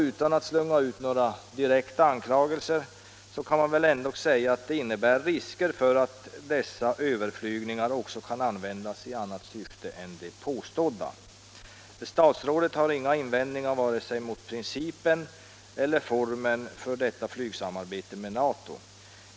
Utan att slunga ut några direkta anklagelser kan man väl ändock säga att det finns risker för att dessa överflygningar också kan användas i annat syfte än det påstådda. Statsrådet har inga invändningar mot vare sig principen eller formen för detta flygsamarbete med NATO.